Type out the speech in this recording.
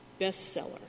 bestseller